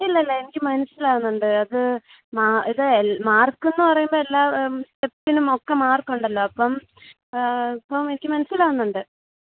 ഇല്ലില്ല എനിക്ക് മനസ്സിലാവുന്നുണ്ട് അത് ഇത് മാർക്ക് എന്ന് പറയുമ്പം എല്ലാ സ്റ്റെപ്പിനും ഒക്കെ മാർക്ക് ഉണ്ടല്ലോ അപ്പം അപ്പം എനിക്ക് മനസ്സിലാവുന്നുണ്ട്